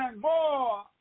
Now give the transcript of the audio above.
more